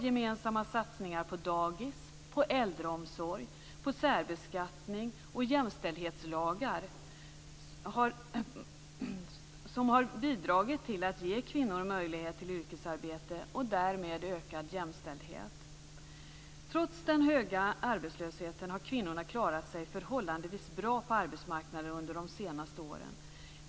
Gemensamma satsningar på dagis, på äldreomsorg, på särbeskattning och på jämställdhetslagar har bidragit till att ge kvinnor möjlighet till yrkesarbete och därmed ökad jämställdhet. Trots den höga arbetslösheten har kvinnorna klarat sig förhållandevis bra på arbetsmarknaden under de senaste åren.